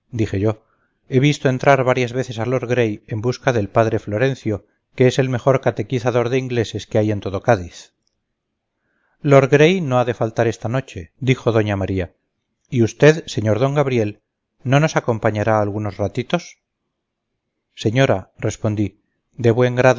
dije yo he visto entrar varias veces a lord gray en busca del padre florencio que es el mejor catequizador de ingleses que hay en todo cádiz lord gray no ha de faltar esta noche dijo doña maría y usted sr d gabriel no nos acompañará algunos ratitos señora respondí de buen grado